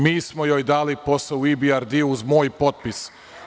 Mi smo joj dali posao u IBRT uz moj potpis.